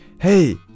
Hey